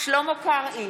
שלמה קרעי,